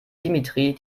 dimitri